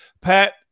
pat